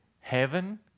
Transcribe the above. heaven